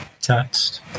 text